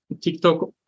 TikTok